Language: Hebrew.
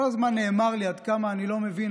כל הזמן נאמר לי עד כמה אני לא מבין